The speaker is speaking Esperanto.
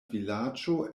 vilaĝo